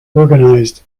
organized